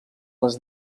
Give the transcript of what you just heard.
les